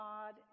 God